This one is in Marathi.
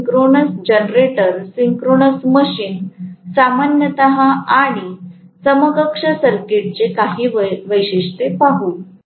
तरआपण सिंक्रोनस जनरेटर सिंक्रोनस मशीन सामान्यत आणि समकक्ष सर्किटचे आणखी वैशिष्ट्य पाहू